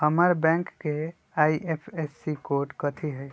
हमर बैंक के IFSC code कथि हई?